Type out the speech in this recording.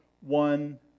one